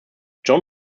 john